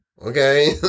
okay